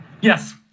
Yes